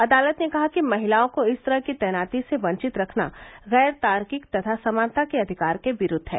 अदालत ने कहा कि महिलाओं को इस तरह की तैनाती से वंचित रखना गैर तार्किक तथा समानता के अधिकार के विरूद्व है